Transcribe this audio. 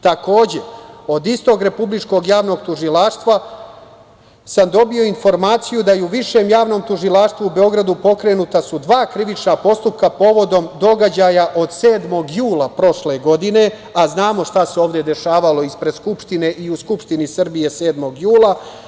Takođe, od istog Republičkog javnog tužilaštva sam dobio informaciju da su u Višem javnom tužilaštvu u Beogradu pokrenuta dva krivična postupka povodom događaja od 7. jula prošle godine, a znamo šta se ovde dešavalo ispred Skupštine i u Skupštini Srbije 7. jula.